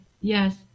Yes